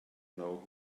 know